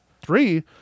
three